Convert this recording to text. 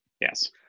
yes